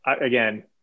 again